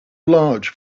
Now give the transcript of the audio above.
large